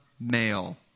male